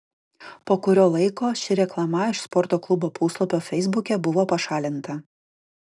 po kurio laiko ši reklama iš sporto klubo puslapio feisbuke buvo pašalinta